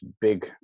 big